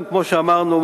כמו שאמרנו,